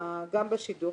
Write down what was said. גם בשידורים.